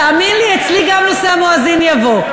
תאמין לי, אצלי גם נושא המואזין יבוא.